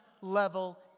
level